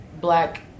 black